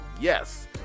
Yes